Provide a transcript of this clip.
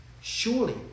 Surely